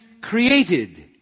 created